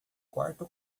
quarto